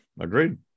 agreed